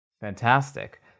Fantastic